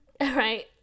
right